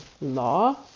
law